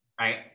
Right